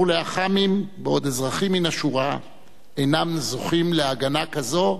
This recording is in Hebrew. לאח"מים בעוד אזרחים מן השורה אינם זוכים להגנה כזו,